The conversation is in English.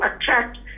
attract